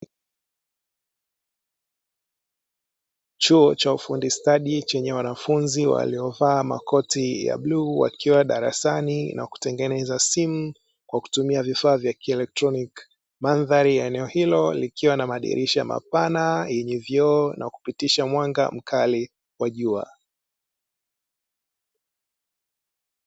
Chuo cha ufundi stadi chenye wanafunzi waliovaa makoti ya bluu, wakiwa darasani na kutengeneza simu kwa kutumia vifaa vya kielektroniki. Mandhari ya eneo hilo likiwa na madirisha mapana yenye vioo na kupitisha mwanga mkali wa jua.